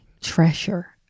treasure